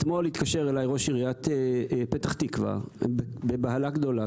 אתמול התקשר אליי ראש עיריית פתח תקווה בבהלה גדולה,